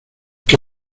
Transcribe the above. que